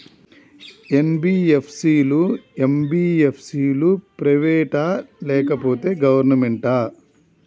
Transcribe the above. NBFC లు, MBFC లు private ఆ లేకపోతే గవర్నమెంటా?